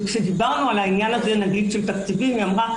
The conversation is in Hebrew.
שכאשר דיברנו על עניין התקציבים היא אמרה: